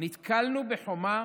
נתקלנו בחומה: